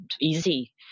easy